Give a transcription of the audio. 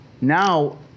Now